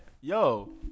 Yo